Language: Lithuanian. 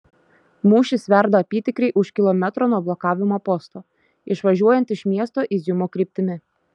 mūšis verda apytikriai už kilometro nuo blokavimo posto išvažiuojant iš miesto iziumo kryptimi